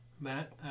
Matt